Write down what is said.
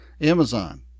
Amazon